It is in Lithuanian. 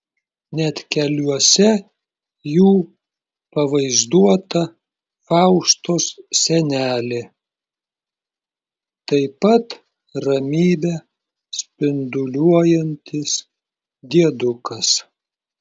net keliuose jų pavaizduota faustos senelė taip pat ramybe spinduliuojantis diedukas